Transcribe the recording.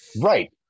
Right